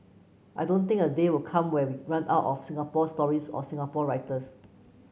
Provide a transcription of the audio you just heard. I don't think a day will come where we run out of Singapore stories or Singapore writers